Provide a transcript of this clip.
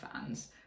fans